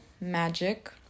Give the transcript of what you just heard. Magic